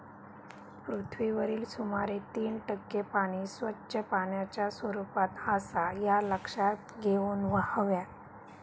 पृथ्वीवरील सुमारे तीन टक्के पाणी स्वच्छ पाण्याच्या स्वरूपात आसा ह्या लक्षात घेऊन हव्या